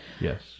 yes